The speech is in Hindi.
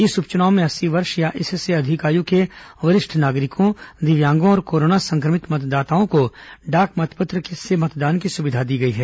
इस उपचुनाव में अस्सी वर्ष या इससे अधिक आयु के वरिष्ठ नागरिकों दिव्यांगों और कोरोना संक्रमित मतदाताओं को डाक मतपत्र से मतदान की सुविधा दी गई है